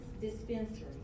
dispensary